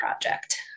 Project